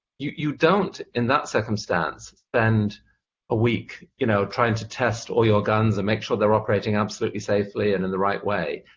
you you don't, in that circumstance, spend a week you know trying to test all your guns and make sure they're operating absolutely safely and in the right way.